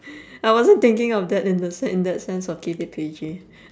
I wasn't thinking of that in the sen~ in that sense of keep it P_G